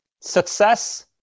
Success